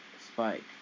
Spike